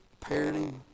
parenting